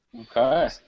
Okay